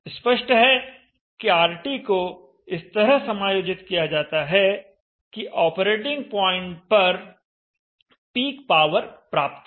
स्पष्ट है कि RT को इस तरह समायोजित किया जाता है कि ऑपरेटिंग प्वाइंट पर पीक पावर प्राप्त हो